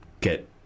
get